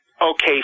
Okay